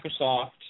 Microsoft